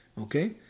Okay